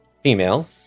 female